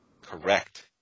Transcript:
Correct